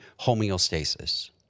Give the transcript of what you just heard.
homeostasis